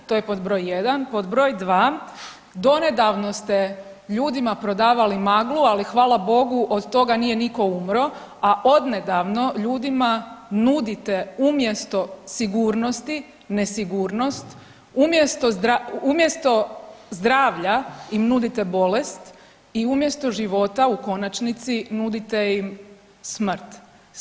To je broj broj 1. Pod broj 2, donedavno ste ljudima prodavali maglu, ali hvala Bogu, od toga nije nitko umro, a odnedavno ljudima nudite umjesto sigurnosti, nesigurnost, umjesto zdravlja im nudite bolest i umjesto života, u konačnici, nudite im smrt.